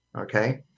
okay